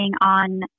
on